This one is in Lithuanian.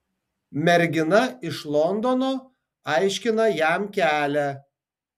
mergina iš londono aiškina jam kelią